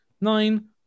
nine